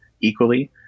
equally